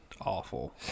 awful